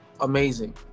amazing